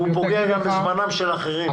והוא פוגע גם בזמנם של אחרים.